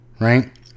right